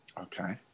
Okay